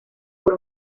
por